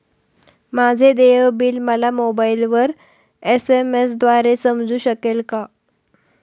माझे देय बिल मला मोबाइलवर एस.एम.एस द्वारे समजू शकेल का?